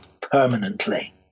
permanently